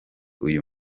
uyu